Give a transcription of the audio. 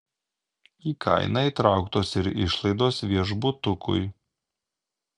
į kainą įtrauktos ir išlaidos viešbutukui